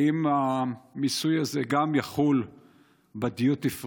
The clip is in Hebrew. האם המיסוי הזה גם יחול בדיוטי פרי?